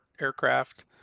aircraft